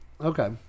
Okay